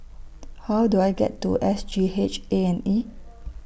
How Do I get to S G H A and E